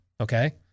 okay